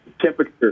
temperature